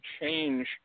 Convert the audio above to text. change